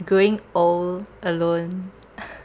growing old alone